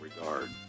regard